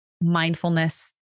mindfulness